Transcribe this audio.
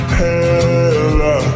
hella